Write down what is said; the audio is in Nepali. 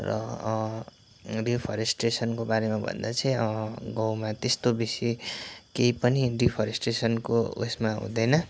र डिफरेस्टेसनको बारेमा भन्दा चाहिँ गाउँमा त्यस्तो बेसी केही पनि डिफरेस्टेसनको उयेसमा हुँदैन